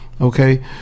Okay